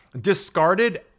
discarded